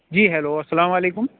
جی hello السّلام علیکم